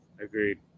Agreed